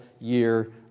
year